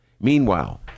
Meanwhile